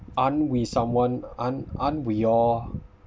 aren't we someone aren't aren't we all